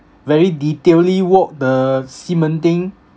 very detailedly walked the ximending